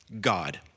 God